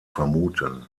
vermuten